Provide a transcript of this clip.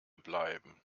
bleiben